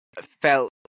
felt